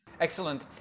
Excellent